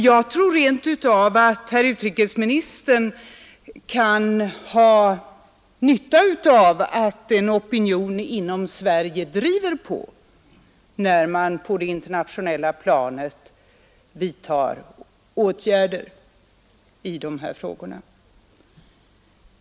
Jag tror rent av att herr utrikesministern kan ha nytta av att en opinion inom Sverige driver på när man på det internationella planet vidtar åtgärder i de här frågorna.